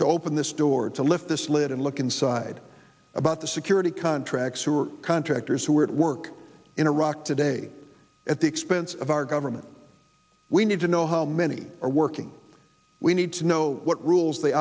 to open this door to lift this lid and look inside about the security contractors who are contractors who are at work in iraq today at the expense of our government we need to know how many are working we need to know what rules they